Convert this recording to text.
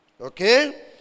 Okay